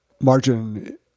margin